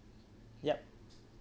yup